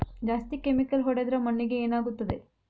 ಜಾಸ್ತಿ ಕೆಮಿಕಲ್ ಹೊಡೆದ್ರ ಮಣ್ಣಿಗೆ ಏನಾಗುತ್ತದೆ?